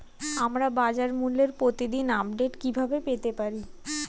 আমরা বাজারমূল্যের প্রতিদিন আপডেট কিভাবে পেতে পারি?